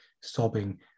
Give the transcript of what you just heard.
sobbing